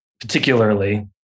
particularly